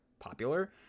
popular